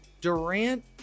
Durant